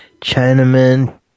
Chinaman